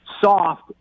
soft